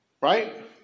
right